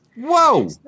Whoa